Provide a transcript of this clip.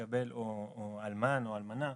או אלמן או אלמנה,